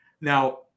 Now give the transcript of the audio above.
Now